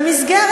למה